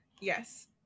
Yes